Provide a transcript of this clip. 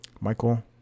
Michael